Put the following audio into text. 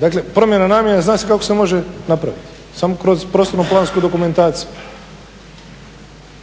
Dakle promjena namjene zna se kako se može napraviti, samo kroz prostorno-plansku dokumentaciju.